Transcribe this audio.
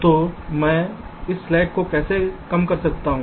तो मैं इस स्लैक को कैसे कम कर सकता हूं